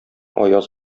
аяз